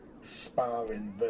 sparring